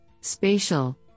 spatial